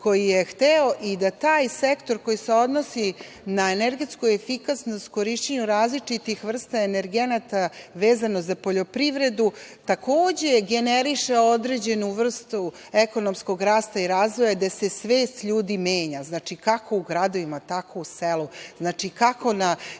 koji je hteo i da taj sektor koji se odnosi na energetsku efikasnost korišćenjem različitih vrsta energenata vezano za poljoprivredu, takođe generiše određenu vrstu ekonomskog rasta i razvoja, gde se svest ljudi menja, kako u gradovima, tako u selu, znači, kako na